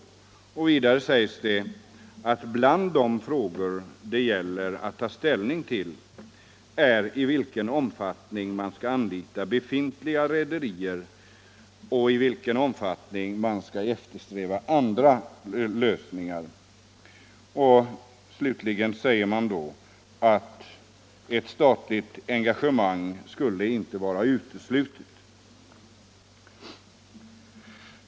Vidare sägs att bland de frågor som det gäller att ta ställning till är i vilken omfattning man skall anlita befintliga rederier och i vilken omfattning man skall eftersträva en annan lösning. Slutligen sade industriministern att ett statligt engagemang inte skulle vara uteslutet.